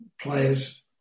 players